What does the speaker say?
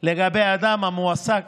לגבי אדם המועסק